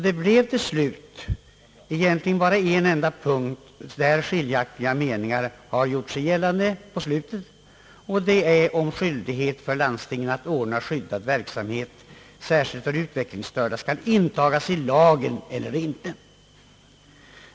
Det är egentligen bara på en enda punkt som skiljaktiga meningar har gjort sig gällande på slutet, och det är om skyldighet för landsting att anordna skyddad verksamhet särskilt för utvecklingsstörda skall intagas i lagen eller inte.